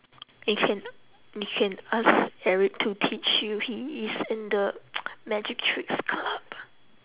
you can you can ask eric to teach you he is in the magic tricks club